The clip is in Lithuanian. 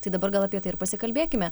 tai dabar gal apie tai ir pasikalbėkime